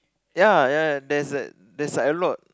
ya ya there is that there is like a lot